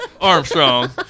Armstrong